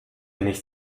nicht